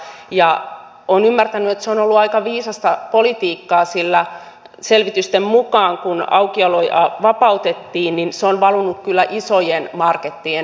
olen ymmärtänyt että se on ollut aika viisasta politiikkaa sillä selvitysten mukaan kun aukioloja vapautettiin se on valunut kyllä isojen markettien hyödyksi